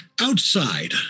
outside